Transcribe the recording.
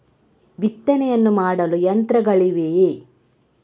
ಬಿತ್ತನೆಯನ್ನು ಮಾಡಲು ಯಂತ್ರಗಳಿವೆಯೇ?